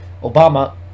Obama